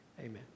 amen